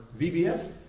VBS